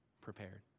prepared